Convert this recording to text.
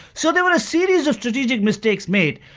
so there were a series of strategic mistakes made,